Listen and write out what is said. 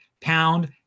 Pound